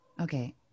Okay